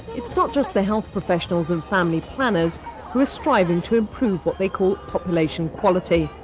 it's not just the health professionals and family planners who are striving to improve what they call population quality.